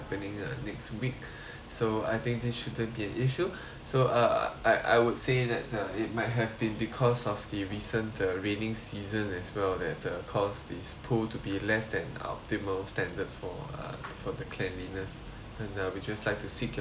so I think this shouldn't be an issue so uh I I would say that uh it might have been because of the recent the raining season as well that uh because this pool to be less than our optimal standards for uh for the cleanliness and uh we just like to seek your understanding for that as well